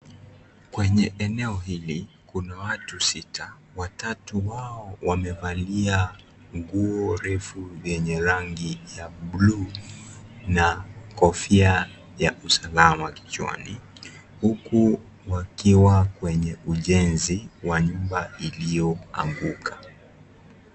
Kwenye eneo hili kuna watu sita. Watatu hao wamevalia nguo refu yenye rangi ya buluu na kofia ya usalama kichwani huku wakiwa kwenye ujenzi wa nyumba iliyoanguka.